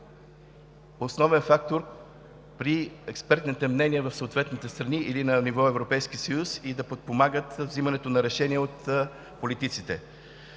основен фактор при експертните мнения в съответните страни или на ниво Европейски съюз и да подпомагат взимането на решения от политиците.